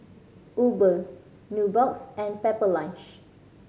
Uber Nubox and Pepper Lunch